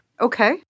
Okay